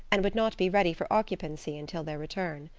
and would not be ready for occupancy until their return.